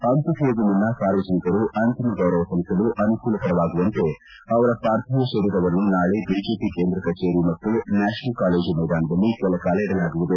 ಅಂತ್ಯಕ್ಷಿಯೆಗೂ ಮುನ್ನ ಸಾರ್ವಜನಿಕರು ಅಂತಿಮ ಗೌರವ ಸಲ್ಲಿಸಲು ಅನುಕೂಲವಾಗುವಂತೆ ಅವರ ಪಾರ್ಥೀವ ಶರೀರವನ್ನು ನಾಳೆ ಬಿಜೆಪಿ ಕೇಂದ್ರ ಕಚೇರಿ ಮತ್ತು ನ್ಯಾಷನಲ್ ಕಾಲೇಜು ಮೈದಾನದಲ್ಲಿ ಕೆಲ ಕಾಲ ಇಡಲಾಗುವುದು